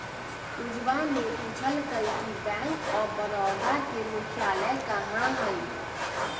पूजवा ने पूछल कई कि बैंक ऑफ बड़ौदा के मुख्यालय कहाँ हई?